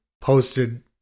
posted